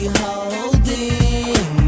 holding